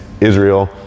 Israel